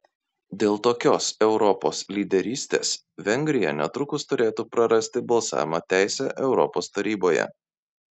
dėl tokios europos lyderystės vengrija netrukus turėtų prarasti balsavimo teisę europos taryboje